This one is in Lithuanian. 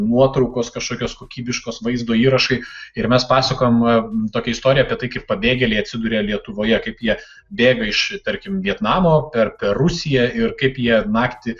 nuotraukos kažkokios kokybiškos vaizdo įrašai ir mes pasakojom tokią istoriją apie tai kaip pabėgėliai atsiduria lietuvoje kaip jie bėga iš tarkim vietnamo per per rusiją ir kaip jie naktį